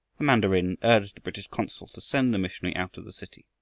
the mandarin urged the british consul to send the missionary out of the city.